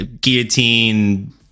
guillotine